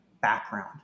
background